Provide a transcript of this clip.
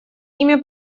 ими